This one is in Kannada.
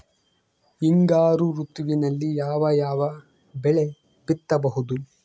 ಹಿಂಗಾರು ಋತುವಿನಲ್ಲಿ ಯಾವ ಯಾವ ಬೆಳೆ ಬಿತ್ತಬಹುದು?